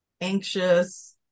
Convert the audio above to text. anxious